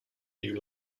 you